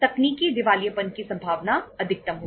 तकनीकी दिवालियेपन की संभावना अधिकतम होगी